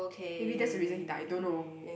maybe that's the reason he died I don't know